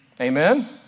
Amen